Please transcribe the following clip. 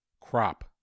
Crop